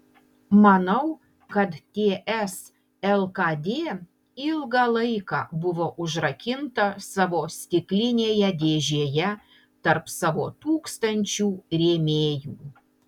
manau kad ts lkd ilgą laiką buvo užrakinta savo stiklinėje dėžėje tarp savo tūkstančių rėmėjų